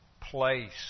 place